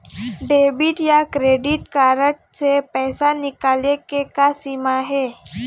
Debit या credit card से पैसा निकाले के का सीमा हे?